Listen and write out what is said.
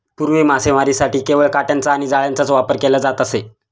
पूर्वी मासेमारीसाठी केवळ काटयांचा आणि जाळ्यांचाच वापर केला जात असे